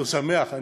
לא שמח,